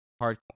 hard